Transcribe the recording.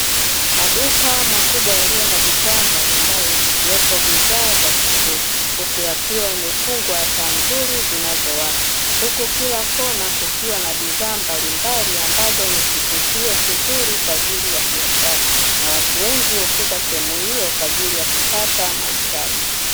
Maduka makubwa yaliyo na bidhaa mbalimbali zikiwepo bidhaa za chakula huku yakiwa yamefungwa taa nzuri zinazowaka, huku kila kona kukiwa na bidhaa mbalimbali ambazo ni kivutio kizuri kwa ajili ya biashara na watu wengi hufika sehemu hiyo kwa ajili ya kupata mahitaji.